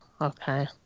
okay